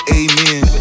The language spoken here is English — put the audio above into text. amen